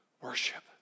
worship